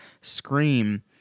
Scream